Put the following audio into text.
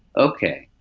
okay.